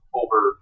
over